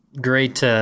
great